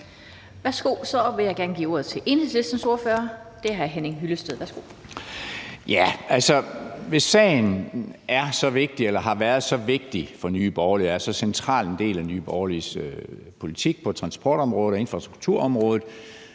vigtig eller har været så vigtig for Nye Borgerlige og er så central en del af Nye Borgerliges politik på transportområdet og infrastrukturområdet,